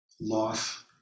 Loss